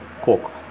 coke